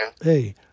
Hey